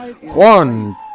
one